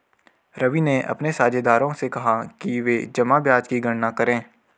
रवि ने अपने साझेदारों से कहा कि वे जमा ब्याज की गणना करें